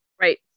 right